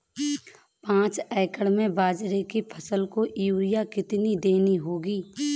पांच एकड़ में बाजरे की फसल को यूरिया कितनी देनी होगी?